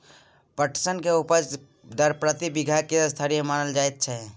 पटसन के उपज दर प्रति बीघा की स्तरीय मानल जायत छै?